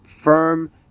firm